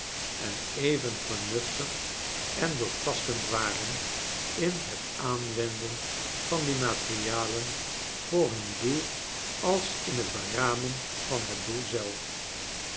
en even vernuftig en doortastend waren in het aanwenden van die materialen voor hun doel als in het beramen van het doel zelf